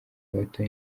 bato